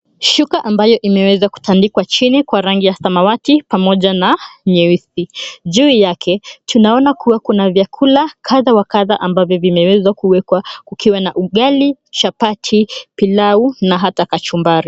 Shuka ambayo imeweza kutandikwa chini kwa rangi ya samawati pamoja na nyeusi. Juu yake tunaona kuwa kuna vyakula kadha wa kadha ambavyo vimewezwa kuwekwa kukiwa na ugali, chapati, pilau na hata kachumbari.